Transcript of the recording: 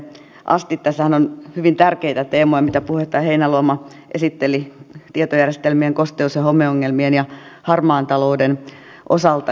tässähän on hyvin tärkeitä teemoja mitä puheenjohtaja heinäluoma esitteli tietojärjestel mien kosteus ja homeongelmien ja harmaan talouden osalta